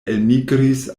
elmigris